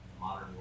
modern